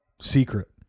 Secret